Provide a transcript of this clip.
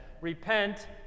repent